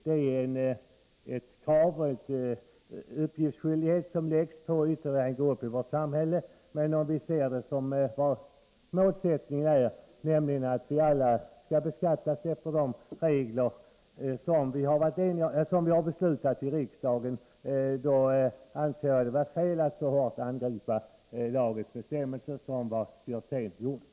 Uppgiftsskyldigheten är ett krav som nu läggs på ytterligare en grupp i vårt samhälle. Men om vi ser målsättningen sådan den är, att vi alla skall beskattas efter de regler som vi har beslutat om i riksdagen, anser jag att det är fel att så hårt angripa lagens bestämmelser som Björzén gjorde.